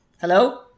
Hello